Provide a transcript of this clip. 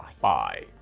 Bye